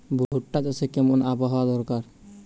ভুট্টা চাষে কেমন আবহাওয়া দরকার?